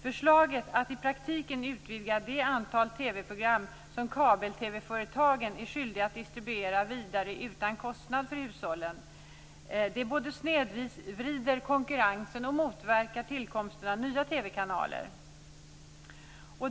Förslaget att i praktiken utvidga det antal TV-program som kabel-TV-företagen är skyldiga att distribuera vidare utan kostnad för hushållen snedvrider konkurrensen och motverkar tillkomsten av nya TV-kanaler.